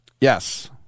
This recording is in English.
Yes